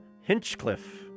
Hinchcliffe